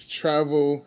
travel